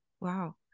Wow